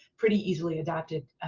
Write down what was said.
pretty easily adopted,